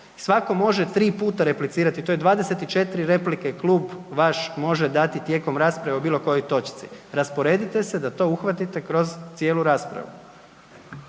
svako može 3 puta replicirati, to je 24 replike klub vaš može dati tijekom rasprave o bilo kojoj točci. Rasporedite se da to uhvatite kroz cijelu raspravu.